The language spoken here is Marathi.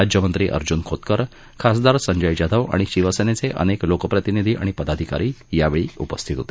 राज्यमंत्री अर्जून खोतकर खासदार संजय जाधव आणि शिवसेनेचे अनेक लोकप्रतिनिधी आणि पदाधिकारी यावेळी उपस्थित होते